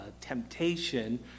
temptation